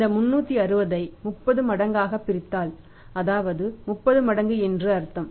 இந்த 360 ஐ 30 மடங்காகப் பிரித்தால் அதாவது 30 மடங்கு என்று அர்த்தம்